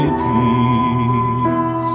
peace